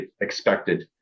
expected